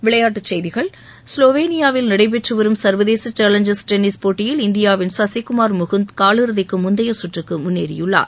விளையாட்டுச் செய்திகள் ஸ்வோவேனியாவில் நடைபெற்று வரும் சர்வதேச சேலஞ்சர்ஸ் டென்னிஸ் போட்டியில் இந்தியாவின் சசிகுமார் முகுந்த் காலிறுதிக்கு முந்தைய சுற்றுக்கு முன்னேறியுள்ளார்